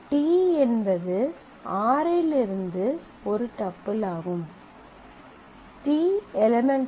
t என்பது r இலிருந்து ஒரு டப்பிள் ஆகும் t € r